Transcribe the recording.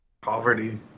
poverty